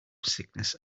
sickness